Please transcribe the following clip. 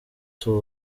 too